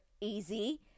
Easy